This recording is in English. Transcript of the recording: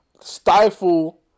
stifle